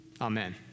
amen